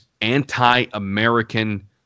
anti-American